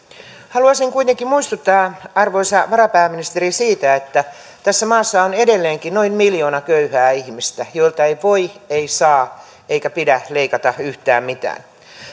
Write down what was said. haluaisin kuitenkin muistuttaa arvoisa varapääministeri siitä että tässä maassa on edelleenkin noin miljoona köyhää ihmistä joilta ei voi ei saa eikä pidä leikata yhtään mitään